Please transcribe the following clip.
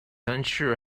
unsure